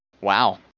wow